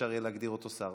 אפשר יהיה להגדיר אותו שר,